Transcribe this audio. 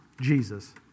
Jesus